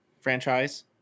franchise